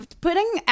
putting